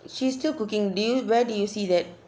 she's still cooking do you where do you see that